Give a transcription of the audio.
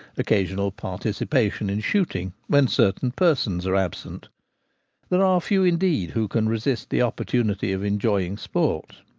occasional participation in shooting when certain persons are absent there are few indeed who can resist the opportunity of enjoying sport.